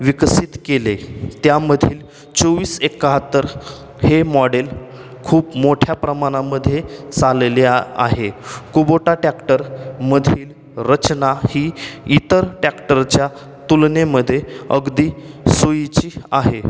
विकसित केले त्यामधील चोवीस एक्काहत्तर हे मॉडेल खूप मोठ्या प्रमाणामध्ये चालले आहे कुबोटा टॅक्टरमधील रचना ही इतर टॅक्टरच्या तुलनेमध्ये अगदी सोयीची आहे